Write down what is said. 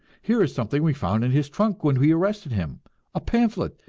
here is something we found in his trunk when we arrested him a pamphlet,